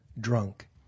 drunk